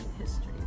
history